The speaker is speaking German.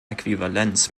äquivalenz